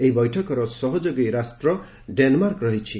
ଏହି ବୈଠକର ସହଯୋଗୀ ରାଷ୍ଟ୍ର ଡେନ୍ମାର୍କ ରହିଛି